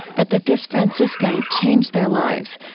but that this franciscan changed their lives,